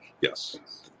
yes